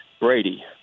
Brady